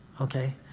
okay